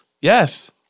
Yes